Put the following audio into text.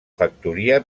factoria